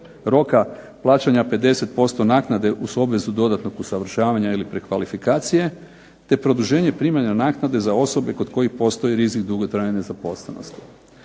roka plaćanja 50% naknade uz obvezu dodatnog usavršavanja ili prekvalifikacije te produženje primanja naknade za osobe kod kojih postoji rizik dugotrajne nezaposlenosti.